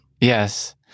Yes